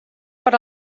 per